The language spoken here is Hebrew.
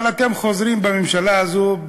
אבל אתם חוזרים בממשלה הזו,